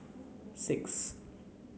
six